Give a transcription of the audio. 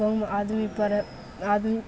गाँवमे आदमी पढ़ए आदमी